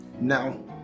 Now